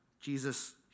Jesus